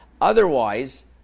otherwise